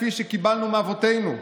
כפי שקיבלנו מאבותינו,